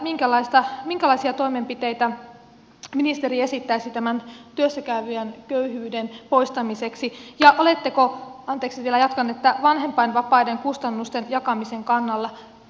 kysyisinkin minkälaisia toimenpiteitä ministeri esittäisi työssä käyvien köyhyyden poistamiseksi ja oletteko anteeksi vielä jatkan vanhempainvapaiden kustannusten jakamisen kannalla